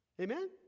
Amen